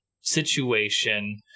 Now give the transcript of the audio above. situation